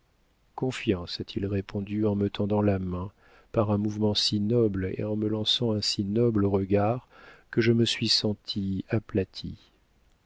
confiance a-t-il répondu en me tendant la main par un mouvement si noble et en me lançant un si noble regard que je me suis sentie aplatie